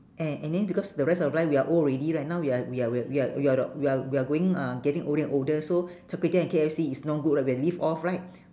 eh and then because the rest of our life we are old already right now we are we are we are we are we are we are going uh getting older and older so char-kway-teow and K_F_C is no good lah we have to live off right